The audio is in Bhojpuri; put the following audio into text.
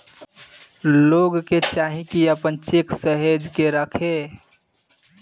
लोग के चाही की आपन चेक के सहेज के रखे